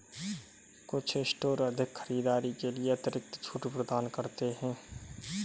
कुछ स्टोर अधिक खरीदारी के लिए अतिरिक्त छूट प्रदान करते हैं